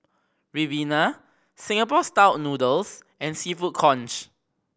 ribena Singapore Style Noodles and Seafood Congee